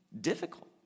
difficult